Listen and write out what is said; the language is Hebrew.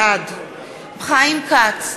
בעד חיים כץ,